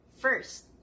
First